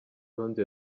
tonzi